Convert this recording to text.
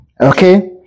Okay